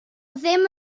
ddim